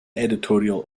editorial